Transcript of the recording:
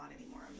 anymore